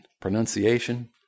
pronunciation